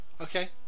Okay